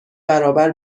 برابر